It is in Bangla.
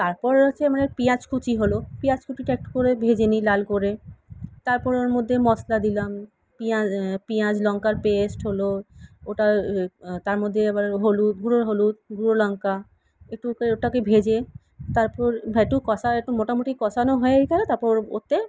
তারপর আছে আমরা পিঁয়াজ কুঁচি হলো পেঁয়াজ কুঁচিটা একটু করে ভেজে নিই লাল করে তারপরে ওর মধ্যে মশলা দিলাম পেঁয়াজ পেঁয়াজ লঙ্কার পেস্ট হলো ওটা তার মধ্যে আবার হলুদ গুঁড়ো হলুদ গুঁড়ো লঙ্কা একটুকে ওটাকে ভেজে তারপর ভা একটু কষা একটু মোটামুটি কষানো হয়ে গেলে তারপর ওতে